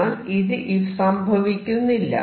എന്നാൽ ഇത് സംഭവിക്കുന്നില്ല